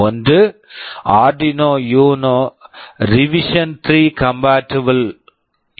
ஒன்று Arduino Uno revision 3 compatible Arduino UNO Revision 3 compatible